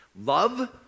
Love